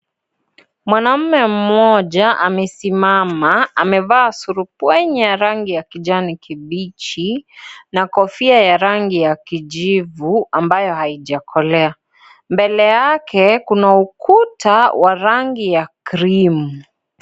Mwanaume mmoja amesimama amevaa surupwenye ya rangi ya kijani kibichi, na kofia ya rangi ya kijivu ambayo haijakolea , mbele yake kuna ukuta wa rangi ya craem .